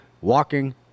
walking